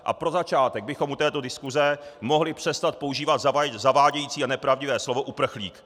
A pro začátek bychom u této diskuse mohli přestat používat zavádějící a nepravdivé slovo uprchlík.